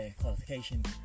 qualification